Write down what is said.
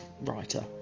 writer